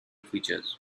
features